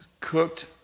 cooked